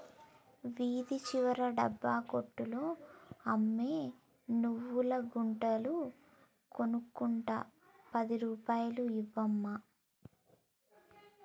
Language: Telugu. వీధి చివర డబ్బా కొట్లో అమ్మే నువ్వుల ఉండలు కొనుక్కుంట పది రూపాయలు ఇవ్వు అమ్మా